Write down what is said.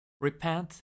Repent